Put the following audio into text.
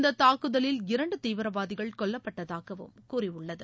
இந்த தாக்குதலில் இரண்டு தீவிரவாதிகள் கொல்லப்பட்டதாகவும் கூறியுள்ளது